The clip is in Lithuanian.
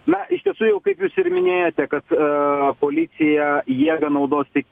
na iš tiesų jau kaip jūs ir minėjote kad policija jėgą naudos tik